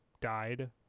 died